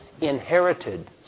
inherited